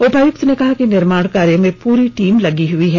उपायुक्त ने कहा है कि निर्माण कार्य में पूरी टीम लगी हई हैं